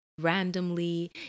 randomly